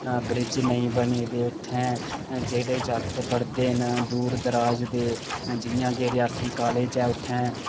bridge नेईं बने दे उत्थैं जेह्ड़े जागत पढ़दे न दूर दराज दे जि'यां गै रेयासी कालेज ऐ उत्थैं